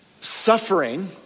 Suffering